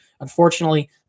Unfortunately